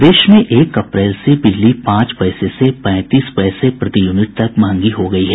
प्रदेश में एक अप्रैल से बिजली पांच पैसे से पैंतीस पैसे तक प्रति यूनिट महंगी हो गयी है